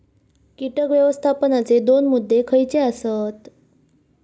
कीटक व्यवस्थापनाचे दोन मुद्दे खयचे आसत?